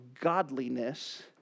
godliness